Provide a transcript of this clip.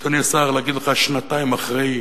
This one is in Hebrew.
אדוני השר, להגיד לך שנתיים אחרי: